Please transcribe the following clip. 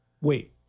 Wait